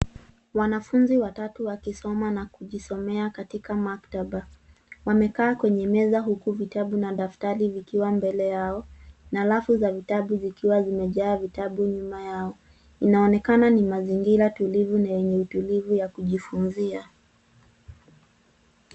Wanafunzi watatu wakisoma na kujisomea katika maktaba .Wamekaa kwenye meza huku vitabu na daftari vikiwa mbele yao. Na rafu za vitabu zikiwa zimejaa vitabu nyuma yao. Inaonekana ni mazingira tulivu na yenye utulivu ya kujifunzia.